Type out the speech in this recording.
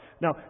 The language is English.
Now